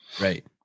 Right